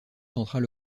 centrale